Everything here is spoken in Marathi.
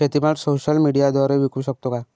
शेतीमाल सोशल मीडियाद्वारे विकू शकतो का?